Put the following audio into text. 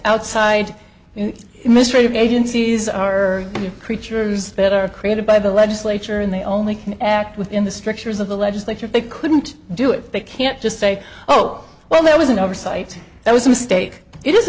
outside mystery of agencies are creatures that are created by the legislature and they only act within the strictures of the legislature if they couldn't do it they can't just say oh well that was an oversight that was a mistake it